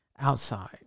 outside